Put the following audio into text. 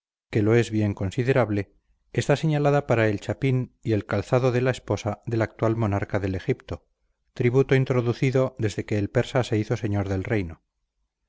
quo lo es bien considerable está señalada para el chapín y el calzado de la esposa del actual monarca del egipto tributo introducido desde que el persa se hizo señor del reino